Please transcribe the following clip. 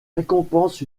récompense